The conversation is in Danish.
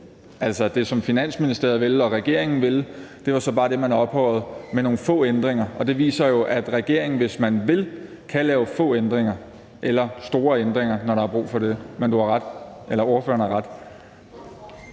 det, som Finansministeriet og regeringen ville – var så bare det, man ophøjede med nogle få ændringer. Det viser jo, at regeringen, hvis man vil, kan lave få ændringer eller store ændringer, når der er brug for det. Men ordføreren har ret.